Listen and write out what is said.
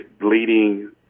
bleeding